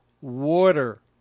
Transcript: water